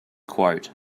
quote